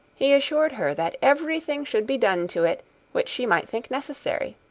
he assured her that everything should be done to it which she might think necessary,